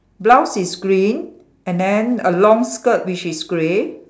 blouse is green and then a long skirt which is grey